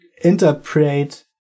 Interpret